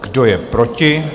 Kdo je proti?